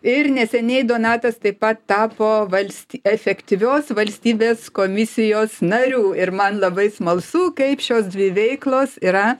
ir neseniai donatas taip pat tapo valst efektyvios valstybės komisijos nariu ir man labai smalsu kaip šios dvi veiklos yra